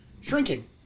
Shrinking